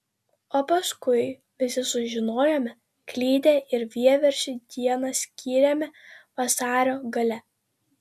o paskui visi sužinojome klydę ir vieversiui dieną skyrėme vasario gale